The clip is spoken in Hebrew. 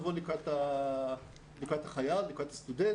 לא היה לו שום סיוע בהשלמות או תמיכה מהמוסד שיבוא לקראתו.